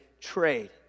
trade